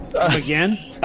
again